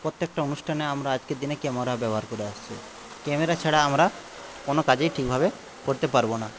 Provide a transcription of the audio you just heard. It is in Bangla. প্রত্যেকটা অনুষ্ঠানে আমরা আজকের দিনে ক্যামেরা ব্যবহার করে আসছি ক্যামেরা ছাড়া আমরা কোনো কাজই ঠিকভাবে করতে পারব না